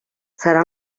serà